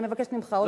אני מבקשת ממך עוד,